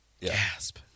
Gasp